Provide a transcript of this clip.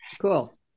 Cool